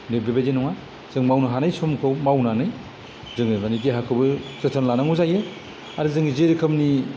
नै बेबायदि नङा जों मावनो हानाय समखौ मावनानै जोङो माने देहाखौबो जोथोन लानांगौ जायो आरो जों जि रोखोमनि